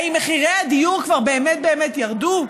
האם מחירי הדיור כבר באמת באמת ירדו?